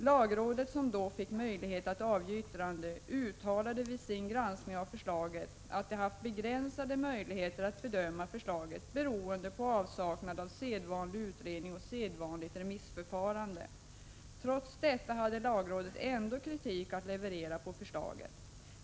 Lagrådet, som då fick möjlighet att avge yttrande, uttalade vid sin granskning av förslaget att rådet haft begränsade möjligheter att bedöma förslaget, beroende på avsaknad av sedvanlig utredning och sedvanligt 65 remissförfarande. Trots detta hade lagrådet ändå kritik att anföra mot förslaget.